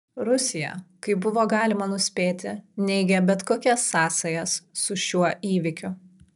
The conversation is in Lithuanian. rusija kaip buvo galima nuspėti neigė bet kokias sąsajas su šiuo įvykiu